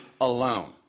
alone